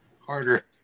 Harder